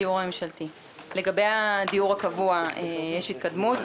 לגבי הדיור הקבוע יש התקדמות,